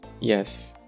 Yes